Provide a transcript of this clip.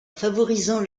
favorisant